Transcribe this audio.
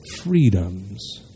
freedoms